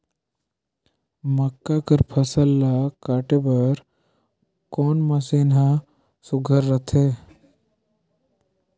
मक्का कर फसल ला काटे बर कोन मशीन ह सुघ्घर रथे?